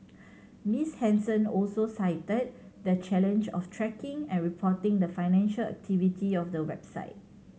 Miss Henson also cited the challenge of tracking and reporting the financial activity of the website